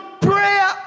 prayer